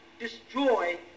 destroy